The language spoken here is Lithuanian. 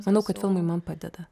manau kad filmai man padeda